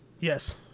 Yes